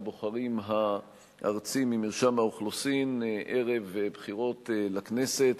הבוחרים הארצי ממרשם האוכלוסין ערב בחירות לכנסת